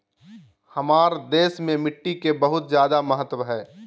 हमार देश में मिट्टी के बहुत जायदा महत्व हइ